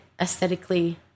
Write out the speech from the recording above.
aesthetically